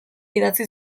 idatzi